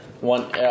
one